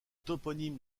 toponyme